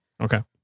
Okay